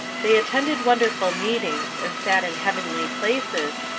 they attended wonderful meetings, and sat in heavenly places,